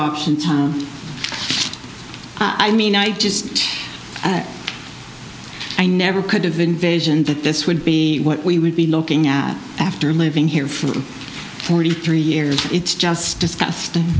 option time i mean i just i never could of invasion that this would be what we would be looking at after living here for forty three years it's just disgusting